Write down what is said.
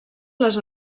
les